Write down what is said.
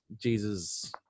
Jesus